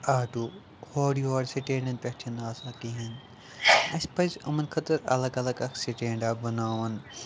auto اورٕ یورٕ سٕٹینٛڈَن پٮ۪ٹھ چھِنہٕ آسان کِہیٖنۍ اَسہِ پَزِ یِمَن خٲطرٕ الگ الگ اَکھ سٕٹینٛڈ اَکھ بَناوُن